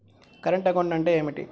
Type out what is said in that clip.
Current account అంటే ఏమిటి?